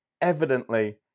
evidently